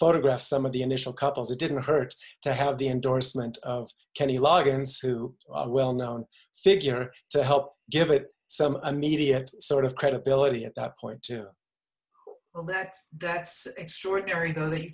photograph some of the initial couples it didn't hurt to have the endorsement of kenny loggins two well known figure to help give it some immediate sort of credibility at that point that that's extraordinary when they